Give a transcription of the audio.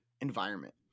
environment